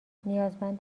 نیازمند